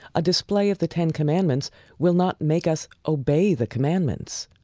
a display of the ten commandments will not make us obey the commandments.